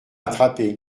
attrapée